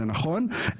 זה נכון.